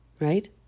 Right